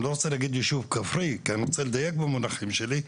אני לא רוצה להגיד יישוב כפרי כי אני רוצה לדייק במונחים שלי.